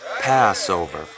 Passover